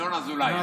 ינון אזולאי.